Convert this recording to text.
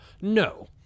No